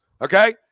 Okay